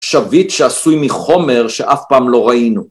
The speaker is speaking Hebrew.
‫שביתט שעשוי מחומר שאף פעם לא ראינו.